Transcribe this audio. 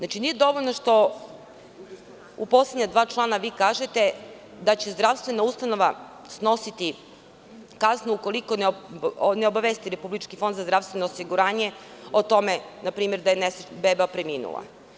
Nije dovoljno što u poslednja dva člana vi kažete, da će zdravstvena ustanova snositi kaznu ukoliko ne obavesti Republički fond za zdravstveno osiguranje, o tome npr. da je beba preminula.